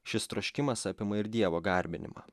šis troškimas apima ir dievo garbinimą